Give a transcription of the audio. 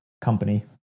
company